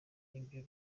ibyo